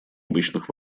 обычных